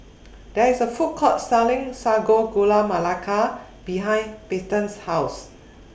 There IS A Food Court Selling Sago Gula Melaka behind Peyton's House